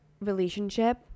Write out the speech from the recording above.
relationship